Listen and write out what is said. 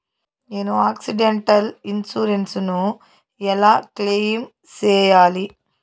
నేను accidental insurance ను ఎలా క్లెయిమ్ సేయాలి?